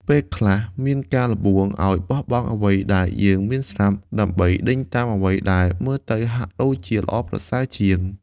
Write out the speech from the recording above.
ពេលខ្លះមានការល្បួងឲ្យបោះបង់អ្វីដែលយើងមានស្រាប់ ដើម្បីដេញតាមអ្វីដែលមើលទៅហាក់ដូចជាល្អប្រសើរជាង។